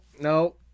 No